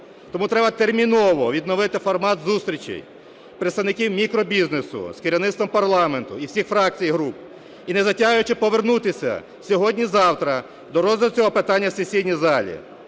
Тому треба терміново відновити формат зустрічей представників мікробізнесу з керівництвом парламенту і всіх фракцій і груп і, не затягуючи, повернутися сьогодні-завтра до розгляду цього питання в сесійній залі.